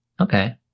okay